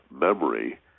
memory